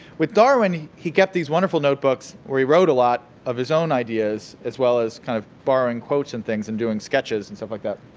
with darwin, he kept these wonderful notebooks, or he wrote a lot of his own ideas as well as kind of borrowing quotes and things and doing sketches and stuff like that.